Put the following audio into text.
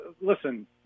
listen